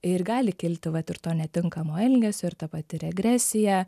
ir gali kilti ir to netinkamo elgesio ir ta pati regresija